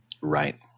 Right